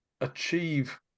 achieve